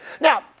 Now